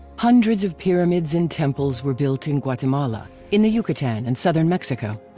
hundreds of pyramids and temples were built in guatemala, in the yucatan and southern mexico.